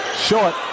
short